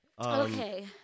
okay